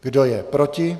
Kdo je proti?